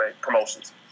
promotions